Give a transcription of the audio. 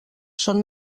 són